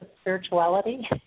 spirituality